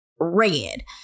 red